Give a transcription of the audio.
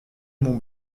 mont